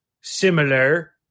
similar